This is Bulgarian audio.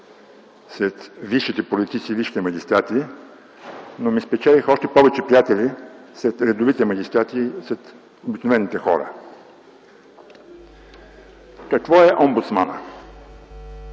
сред висшите политици и висшите магистрати, но ми спечелиха още повече приятели сред редовите магистрати и сред обикновените хора. Какво е Омбудсманът?